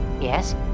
Yes